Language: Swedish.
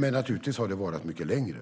Det har naturligtvis varat mycket längre.